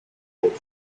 por